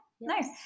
nice